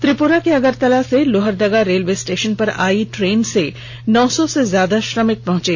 त्रिपुरा के अगरतल्ला से Lohardaga railway station पर आई ट्रेन से नौ सौ से ज्यादा श्रमिक पहुंचे